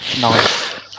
nice